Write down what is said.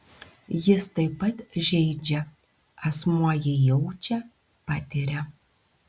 jis taip pat žeidžia asmuo jį jaučia patiria